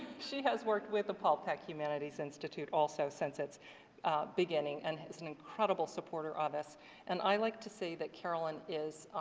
she has worked with the paul peck humanities institute also since its beginning and has been incredible supporter of us and i like to say that carolyn is,